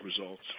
results